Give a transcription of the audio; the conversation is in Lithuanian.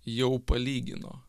jau palygino